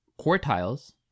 quartiles